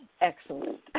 excellent